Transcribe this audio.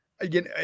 again